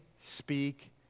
speak